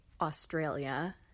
Australia